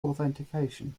authentication